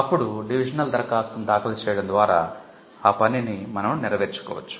అప్పుడు డివిజనల్ దరఖాస్తును దాఖలు చేయడం ద్వారా ఆ పనిని నెరవేర్చుకోవచ్చు